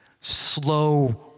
slow